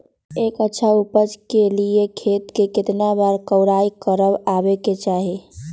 एक अच्छा उपज के लिए खेत के केतना बार कओराई करबआबे के चाहि?